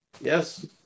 yes